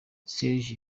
serge